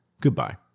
Goodbye